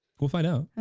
we'll find out.